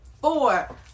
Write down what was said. Four